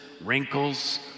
wrinkles